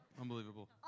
Unbelievable